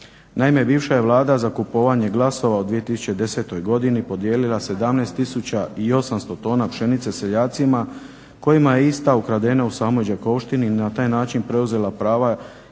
Naime, bivša je Vlada za kupovanje glasova u 2010. godini podijelila 17 800 tona pšenice seljacima kojima je ista ukradena u samoj Đakovštini i na taj način preuzela prava